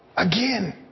Again